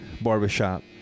barbershop